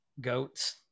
goats